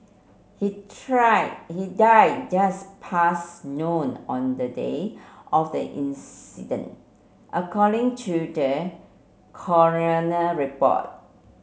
he try he died just past noon on the day of the incident according to the coroner report